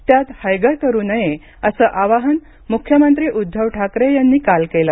यात हयगय करू नये असं आवाहन मूख्यमंत्री उद्दव ठाकरे यांनी काल केलं